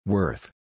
Worth